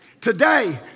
Today